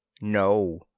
No